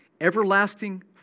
Everlasting